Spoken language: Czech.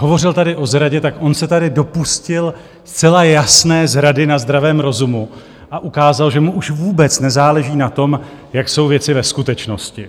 Hovořil tady o zradě tak on se tady dopustil zcela jasné zrady na zdravém rozumu a ukázal, že mu už vůbec nezáleží na tom, jak jsou věci ve skutečnosti.